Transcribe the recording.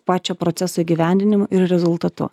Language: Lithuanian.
pačio proceso įgyvendinimu ir rezultatu